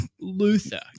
Luther